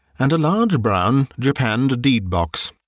and a large brown japanned deed-box,